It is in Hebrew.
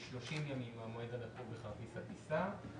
30 ימים מהמועד הנקוב בכרטיס הטיסה,